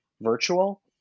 virtual